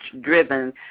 driven